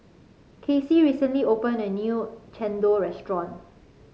Kacie recently opened a new chendol restaurant